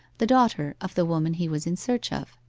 the daughter of the woman he was in search of.